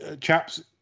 Chaps